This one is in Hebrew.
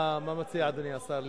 מה מציע אדוני השר?